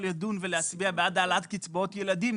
לדון ולהצביע בעד העלאת קצבאות ילדים,